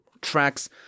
tracks